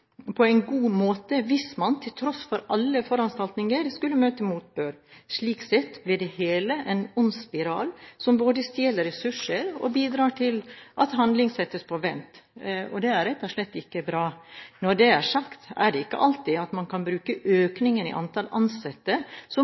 på en god måte hvis man til tross for alle foranstaltninger skulle møte motbør. Slik sett blir det hele en ond spiral, som både stjeler ressurser og bidrar til at handling settes på vent. Det er rett og slett ikke bra. Når det er sagt: Det er ikke alltid at man kan bruke økningen i antall ansatte som